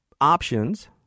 options